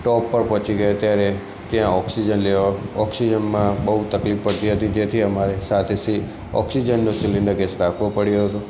ટોપ પર પહોંચી ગયા ત્યારે ત્યાં ઑક્સિજન લેવા ઑક્સિજનમાં બહુ તકલીફ પડતી હતી જેથી અમારે સાથે સીલી ઑક્સિજનનો સીલિન્ડર ગેસ રાખવો પડ્યો હતો